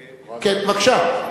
כן, בבקשה.